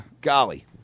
Golly